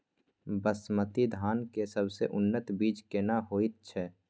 बासमती धान के सबसे उन्नत बीज केना होयत छै?